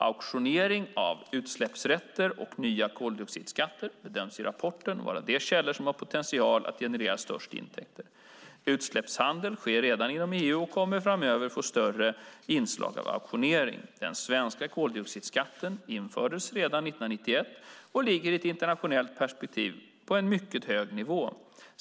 Auktionering av utsläppsrätter och nya koldioxidskatter bedöms i rapporten vara de källor som har potential att generera störst intäkter. Utsläppshandel sker redan inom EU och kommer framöver att få större inslag av auktionering. Den svenska koldioxidskatten infördes redan 1991 och ligger i ett internationellt perspektiv på en mycket hög nivå.